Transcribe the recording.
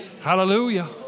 hallelujah